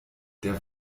der